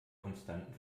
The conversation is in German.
konstanten